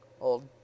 old